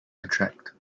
attract